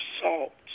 salt